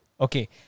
okay